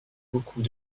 beaucoup